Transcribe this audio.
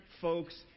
folks